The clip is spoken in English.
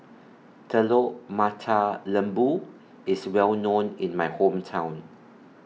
Telur Mata Lembu IS Well known in My Hometown